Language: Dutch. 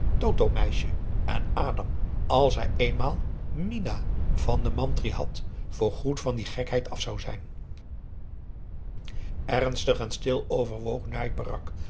totohmeisje en adam als hij eenmaal minah van den mantri had voorgoed van die gekheid af zou zijn ernstig en stil overwoog njai peraq